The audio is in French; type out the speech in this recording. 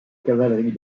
cavalerie